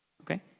okay